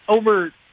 over